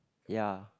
ya